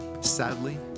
Sadly